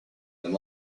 and